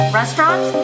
Restaurant